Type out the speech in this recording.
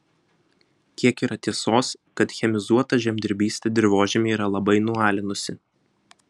kiek yra tiesos kad chemizuota žemdirbystė dirvožemį yra labai nualinusi